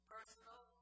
Personal